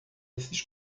esses